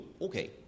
okay